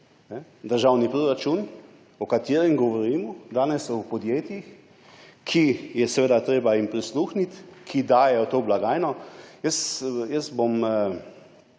državni proračun, o katerem govorimo danes, o podjetjih, ki jim je treba prisluhniti, ki dajejo v to blagajno. Jaz bom